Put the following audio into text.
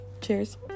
Cheers